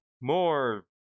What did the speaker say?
more